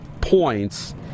points